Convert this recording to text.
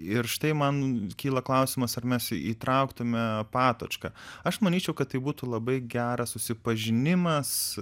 ir štai man kyla klausimas ar mes įtrauktume patočką aš manyčiau kad tai būtų labai geras susipažinimas